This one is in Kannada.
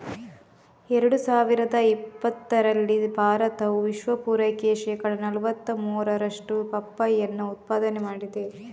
ಎರಡು ಸಾವಿರದ ಇಪ್ಪತ್ತರಲ್ಲಿ ಭಾರತವು ವಿಶ್ವ ಪೂರೈಕೆಯ ಶೇಕಡಾ ನಲುವತ್ತ ಮೂರರಷ್ಟು ಪಪ್ಪಾಯಿಯನ್ನ ಉತ್ಪಾದನೆ ಮಾಡಿದೆ